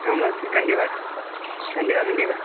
ஆமாம் சார் கண்டிப்பாக கண்டிப்பாக கண்டிப்பாக